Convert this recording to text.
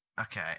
Okay